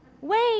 Wait